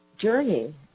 journey